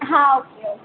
हाँ okay okay